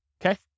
Okay